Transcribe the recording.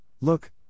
look